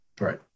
right